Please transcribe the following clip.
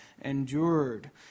endured